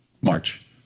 March